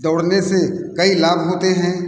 दौड़ने से कई लाभ होते हैं